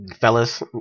fellas